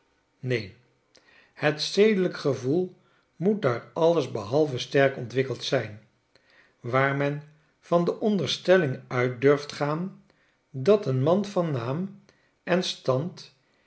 neen het zedelijk gevoel moet daar alles behalve sterk ontwikkeld zijn waar men van de onderstelling uit durft gaan dat een man van naam en stand